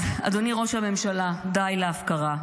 אז אדוני ראש הממשלה, די להפקרה.